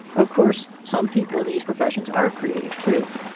of course some people in these professions are creative too.